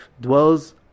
dwells